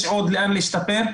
יש עוד לאן להשתפר.